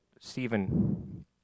Stephen